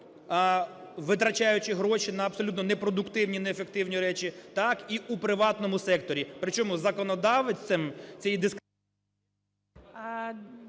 витрачаючи гроші на абсолютно непродуктивні, неефективні речі, так і у приватному секторі. Причому законодавцям… ГОЛОВУЮЧИЙ.